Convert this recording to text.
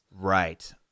Right